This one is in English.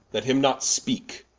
let him not speake.